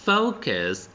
Focus